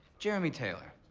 jeremy taylor.